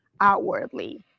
outwardly